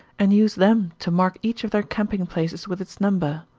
and use them to mark each of their camping-places with its number.